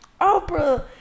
Oprah